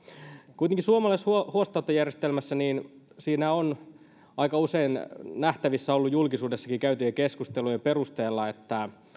kuitenkin suomalaisessa huostaanottojärjestelmässä on aika usein ollut nähtävissä julkisuudessakin käytyjen keskustelujen perusteella että